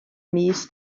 mis